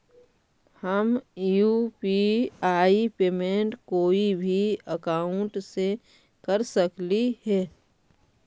हम UPI payment कोई भी अकाउंट से कर सकली हे?